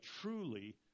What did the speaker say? truly